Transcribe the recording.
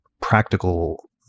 practical